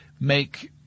make